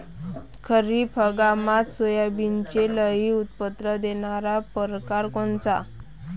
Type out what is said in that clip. खरीप हंगामात सोयाबीनचे लई उत्पन्न देणारा परकार कोनचा?